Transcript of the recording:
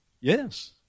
Yes